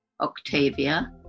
Octavia